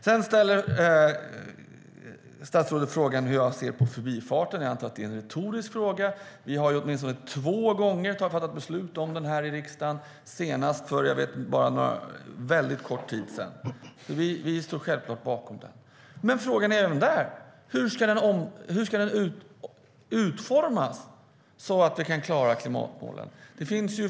Sedan ställer statsrådet frågan hur jag ser på Förbifart Stockholm. Jag antar att det är en retorisk fråga. Vi har ju åtminstone två gånger fattat beslut om den här i riksdagen, senast för väldigt kort tid sedan. Vi står självfallet bakom den. Frågan är ändå: Hur ska den utformas för att klara klimatmålen?